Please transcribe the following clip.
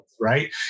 right